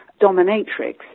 dominatrix